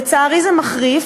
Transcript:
לצערי, זה מחריף.